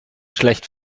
schlecht